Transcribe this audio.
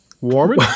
warming